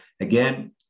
again